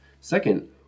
Second